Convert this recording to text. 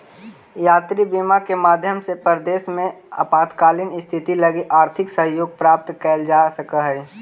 यात्री बीमा के माध्यम से परदेस में आपातकालीन स्थिति लगी आर्थिक सहयोग प्राप्त कैइल जा सकऽ हई